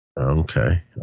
Okay